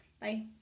Bye